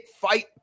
fight